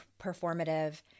performative